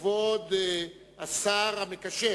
כבוד השר המקשר